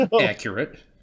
accurate